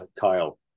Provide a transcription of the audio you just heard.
kyle